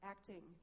Acting